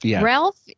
Ralph